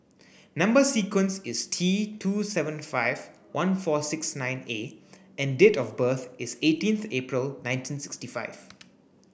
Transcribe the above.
number sequence is T two seven five one four six nine A and date of birth is eighteenth April nineteen sixty five